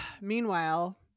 meanwhile